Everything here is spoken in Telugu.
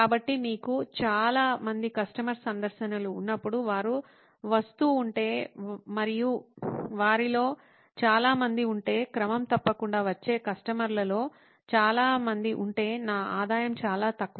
కాబట్టి మీకు చాలా మంది కస్టమర్ సందర్శనలు ఉన్నప్పుడు వారు వస్తూ ఉంటే మరియు వారిలో చాలా మంది ఉంటే క్రమం తప్పకుండా వచ్చే కస్టమర్లలో చాలామంది ఉంటే నా ఆదాయం చాలా ఎక్కువ